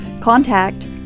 contact